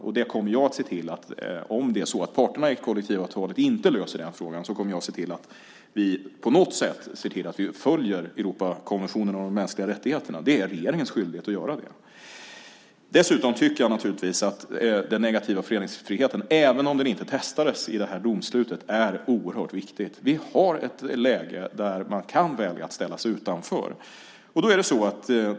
Om det är så att parterna inte löser den här frågan i kollektivavtalet kommer jag att se till att vi på något sätt följer Europakonventionen om de mänskliga rättigheterna. Det är regeringens skyldighet att göra det. Dessutom tycker jag naturligtvis att den negativa föreningsfriheten, även om den inte testades i det här domslutet, är oerhört viktig. Vi har ett läge där man kan välja att ställa sig utanför.